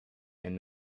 and